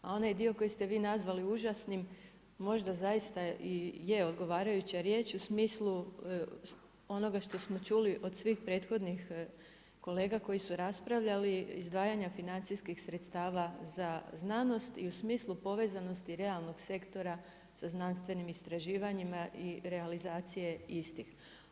A onaj dio koji ste vi nazvali užasni možda zaista i je odgovarajuća riječ u smislu onoga što smo čuli od svih prethodnih kolega koji su raspravljali izdvajanja financijskih sredstava za znanost i u smislu povezanosti realnog sektora sa znanstvenim istraživanjima i realizacije istih.